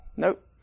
Nope